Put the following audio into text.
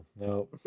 No